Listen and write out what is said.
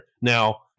now